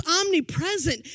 omnipresent